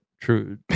true